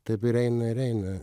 taip ir eina ir eina